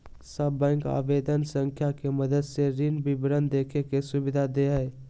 सब बैंक आवेदन संख्या के मदद से ऋण विवरण देखे के सुविधा दे हइ